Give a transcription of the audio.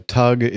tug